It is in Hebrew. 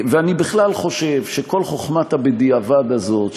ואני בכלל חושב שכל חוכמת הבדיעבד הזאת,